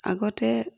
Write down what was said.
আগতে